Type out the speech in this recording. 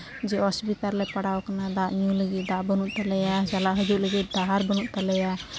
ᱡᱮ ᱚᱥᱚᱵᱤᱛᱟ ᱨᱮᱞᱮ ᱯᱟᱲᱟᱣ ᱠᱟᱱᱟ ᱡᱮ ᱫᱟᱜ ᱧᱩ ᱞᱟᱹᱜᱤᱫ ᱫᱟᱜ ᱵᱟᱹᱱᱩᱜ ᱛᱟᱞᱮᱭᱟ ᱪᱟᱞᱟᱜ ᱦᱤᱡᱩᱜ ᱞᱟᱹᱜᱤᱫ ᱰᱟᱦᱟᱨ ᱵᱟᱹᱱᱩᱜ ᱛᱟᱞᱮᱭᱟ